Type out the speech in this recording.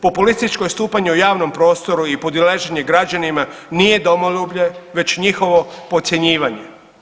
Populističko istupanje u javnom prostoru i podilaženje građanima nije domoljublje već njihovo podcjenjivanje.